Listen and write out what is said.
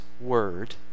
word